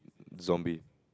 zombie